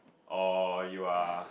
or you are